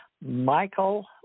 Michael